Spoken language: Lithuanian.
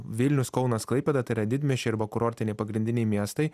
vilnius kaunas klaipėda tai yra didmiesčiai arba kurortiniai pagrindiniai miestai